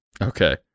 Okay